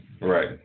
Right